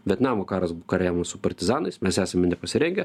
vietnamo karas kariavome su partizanais mes esame nepasirengę